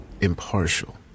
impartial